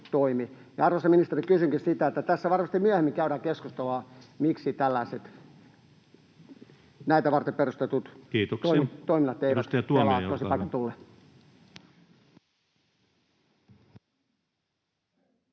Arvoisa ministeri, kysynkin siitä, josta tässä varmasti myöhemmin käydään keskustelua: miksi näitä varten perustetut toiminnot eivät